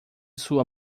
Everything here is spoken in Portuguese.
sua